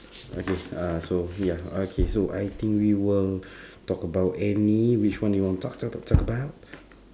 okay uh so ya okay so I think we will talk about any which one you want talk talk talk about